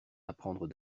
apprendre